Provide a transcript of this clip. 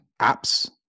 Apps